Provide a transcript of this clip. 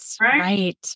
right